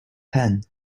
pen